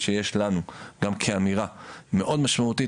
שיש לנו גם כאמירה מאוד משמעותית,